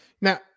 Now